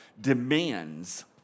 demands